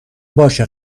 باشه